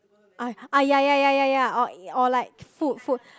ah ah ya ya ya ya or or like food food